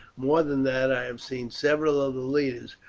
more than that, i have seen several of the leaders,